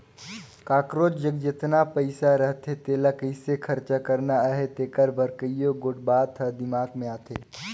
काकरोच जग जेतना पइसा रहथे तेला कइसे खरचा करना अहे तेकर बर कइयो गोट बात हर दिमाक में आथे